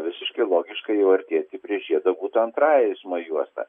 visiškai logiška jau artėti prie žiedo būtų antrąja eismo juosta